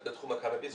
בתחום הקנאביס,